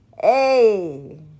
Hey